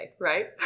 right